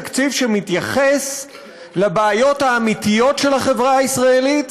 תקציב שמתייחס לבעיות האמיתיות של החברה הישראלית